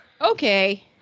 Okay